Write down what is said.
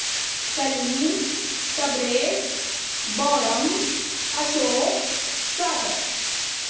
سلیم تبریز بوڑم اشوک ساگر